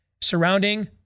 surrounding